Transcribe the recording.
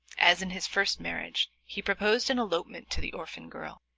as in his first marriage, he proposed an elopement to the orphan girl.